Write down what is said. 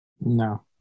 No